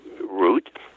route